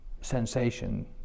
sensation